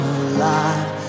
alive